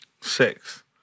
Six